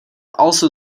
also